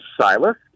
Silas